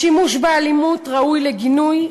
השימוש באלימות ראוי לגינוי,